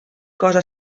cosa